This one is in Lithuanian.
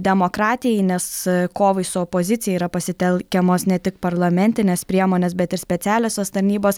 demokratijai nes kovai su opozicija yra pasitelkiamos ne tik parlamentinės priemonės bet ir specialiosios tarnybos